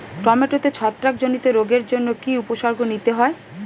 টমেটোতে ছত্রাক জনিত রোগের জন্য কি উপসর্গ নিতে হয়?